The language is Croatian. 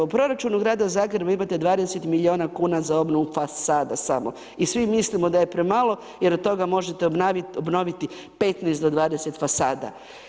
U proračunu Grada Zagreba imate 20 miliona kuna za obnovu fasada samo i svi mislimo da je premalo jer od toga možete obnoviti 15 do 20 fasada.